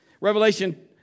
Revelation